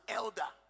elder